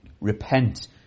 Repent